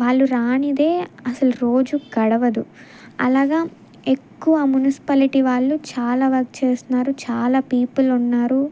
వాళ్ళు రానిదే అసలు రోజు గడవదు అలాగా ఎక్కువ మునిసిపాలిటీ వాళ్ళు చాలా వర్క్ చేస్తున్నారు చాలా పీపుల్ ఉన్నారు